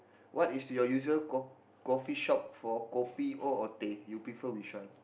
what is your usual co~ coffee shop for kopi O or teh you prefer which one